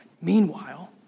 Meanwhile